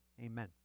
Amen